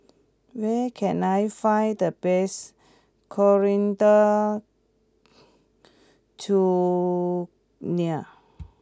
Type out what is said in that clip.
where can I find the best Coriander Chutney